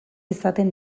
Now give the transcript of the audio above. izaten